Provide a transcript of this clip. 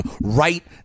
right